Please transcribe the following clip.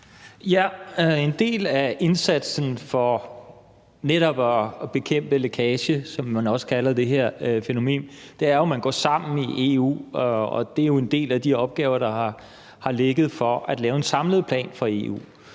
(V): En del af indsatsen for netop at bekæmpe lækage, som man også kalder det her fænomen, er, at man går sammen i EU, og det er jo en del af de opgaver, der har ligget, med at lave en samlet plan for EU.